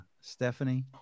Stephanie